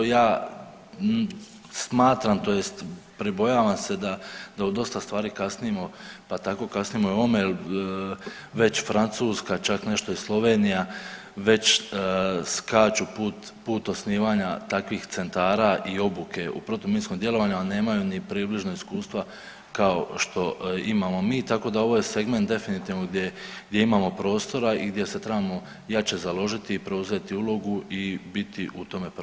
Ja smatram tj. pribojavam se da, da u dosta stvari kasnimo, pa tako kasnimo i u ovome jel već Francuska, čak nešto i Slovenija već skaču put, put osnivanja takvih centara i obuke u protuminskom djelovanju, al nemaju ni približno iskustva kao što imamo mi, tako da ovo je segment definitivno gdje, gdje imamo prostora i gdje se trebamo jače založiti i preuzeti ulogu i biti u tome prvi.